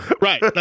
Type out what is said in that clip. Right